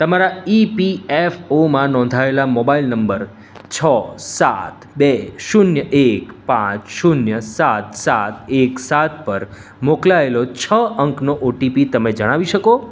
તમારા ઇપીએફઓમાં નોંધાયેલા મોબાઈલ નંબર છ સાત બે શૂન્ય એક પાંચ સાત સાત એક સાત પર મોકલાયેલો છ અંકનો ઓટીપી તમે જણાવી શકો